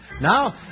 Now